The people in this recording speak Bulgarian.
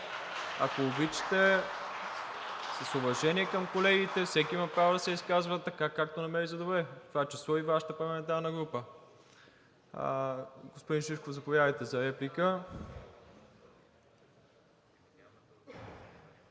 ако обичате, с уважение към колегите, всеки има право да се изказва така, както намери за добре, в това число и Вашата парламентарна група. Господин Шишков, заповядайте за реплика.